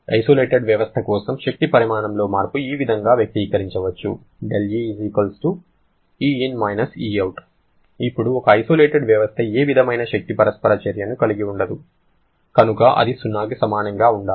isolated వ్యవస్థ కోసం శక్తి పరిమాణంలో మార్పు ఈ విధంగా వ్యక్తీకరించవచ్చు ΔE Ein − Eout ఇప్పుడు ఒక ఐసోలేటెడ్ వ్యవస్థ ఏ విధమైన శక్తి పరస్పర చర్యను కలిగి ఉండదు కనుక అది 0కి సమానంగా ఉండాలి